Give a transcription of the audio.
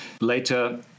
Later